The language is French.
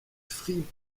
fribourg